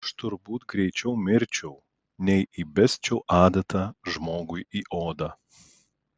aš turbūt greičiau mirčiau nei įbesčiau adatą žmogui į odą